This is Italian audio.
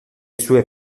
sue